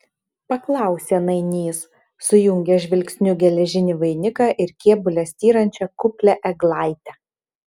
paklausė nainys sujungęs žvilgsniu geležinį vainiką ir kėbule styrančią kuplią eglaitę